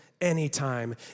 anytime